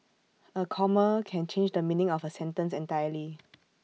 A comma can change the meaning of A sentence entirely